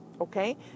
okay